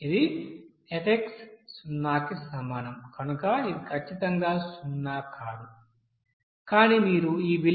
ఇది f సున్నాకి సమానం కనుక ఇది ఖచ్చితంగా సున్నా కాదు కానీ మీరు ఈ విలువను 0